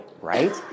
right